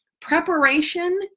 preparation